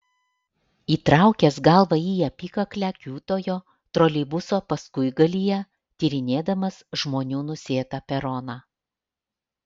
įtraukęs galvą į apykaklę kiūtojo troleibuso paskuigalyje tyrinėdamas žmonių nusėtą peroną